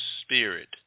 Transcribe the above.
spirit